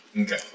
Okay